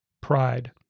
pride